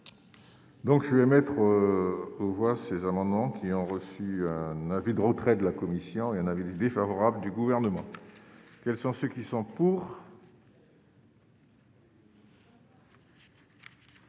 Donc, je vais mettre aux voix, ces amendements qui ont reçu un avis de retrait de la commission et un avis défavorable du Gouvernement quels sont ceux qui sont. Quels